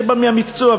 שבא מהמקצוע,